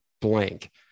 blank